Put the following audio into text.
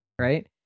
right